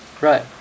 right